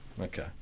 Okay